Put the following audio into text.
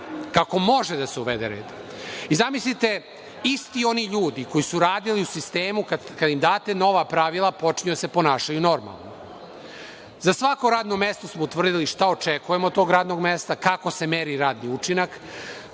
kako može da se uvede red. Zamislite, isti oni ljudi koji su radili u sistemu, kada im date nova pravila, počinju da se ponašaju normalno. Za svako radno mesto smo utvrdili šta očekujemo od tog radnog mesta, kako se meri radni učinak,